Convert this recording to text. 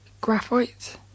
graphite